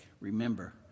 remember